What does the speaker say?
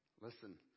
Listen